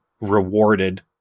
rewarded